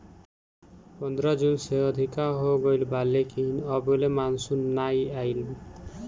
पंद्रह जून से अधिका हो गईल बा लेकिन अबले मानसून नाइ आइल